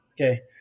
okay